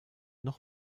noch